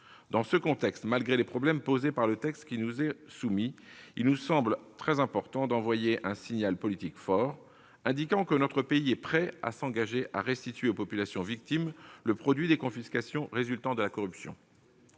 Dans ce contexte, malgré les problèmes posés par le texte qui nous est soumis, il nous semble important d'envoyer un signal politique fort, indiquant que notre pays est prêt à s'engager à restituer aux populations victimes le produit des confiscations résultant de la corruption.